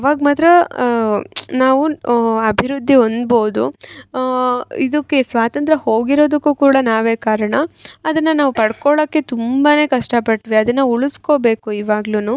ಅವಾಗ ಮಾತ್ರ ನಾವು ಅಭಿವೃದ್ದಿ ಹೊಂದ್ಬೌದು ಇದುಕ್ಕೆ ಸ್ವಾತಂತ್ರ್ಯ ಹೋಗಿರೊದಕ್ಕು ಕೂಡ ನಾವೇ ಕಾರಣ ಅದನ್ನು ನಾವು ಪಡ್ಕೊಳೋಕ್ಕೆ ತುಂಬಾ ಕಷ್ಟಪಟ್ವಿ ಅದನ್ನು ಉಳಿಸ್ಕೋಬೇಕು ಇವಾಗ್ಲು